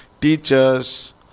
teachers